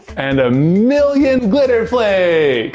and a million glitter flakes!